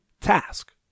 task